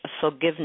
forgiveness